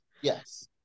Yes